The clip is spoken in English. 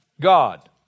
God